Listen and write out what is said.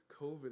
COVID